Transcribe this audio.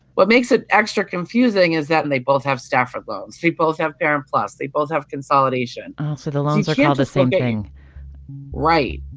what makes it extra confusing is that and they both have stafford loans. they both have parent plus. they both have consolidation oh, so the loans are called the same thing right.